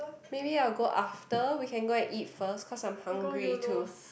maybe I'll go after we can go and eat first cause I'm hungry too